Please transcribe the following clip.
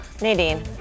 nadine